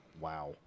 Wow